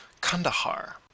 Kandahar